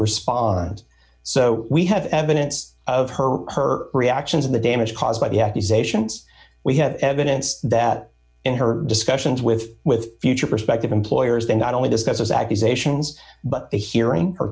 respond so we have evidence of her her reactions in the damage caused by the accusations we have evidence that in her discussions with with future prospective employers they not only discusses accusations but the hearing